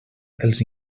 dels